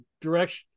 direction